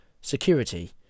Security